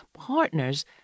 partners